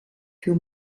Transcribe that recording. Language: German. für